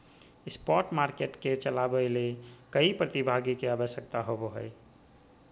spot market के चलावय ले कई प्रतिभागी के आवश्यकता होबो हइ